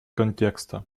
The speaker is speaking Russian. контекста